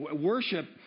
worship